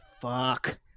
Fuck